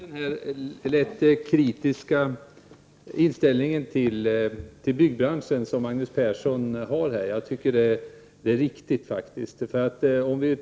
Herr talman! Jag delar den kritiska inställning till byggbranschen som Magnus Persson här har gett uttryck för. Denna kritik är faktiskt berättigad.